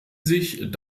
sich